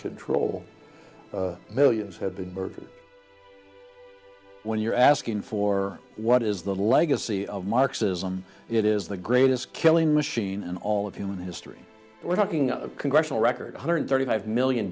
control millions have been burgled when you're asking for what is the legacy of marxism it is the greatest killing machine in all of human history we're talking of congressional record one hundred thirty five million